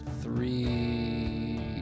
three